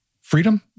freedom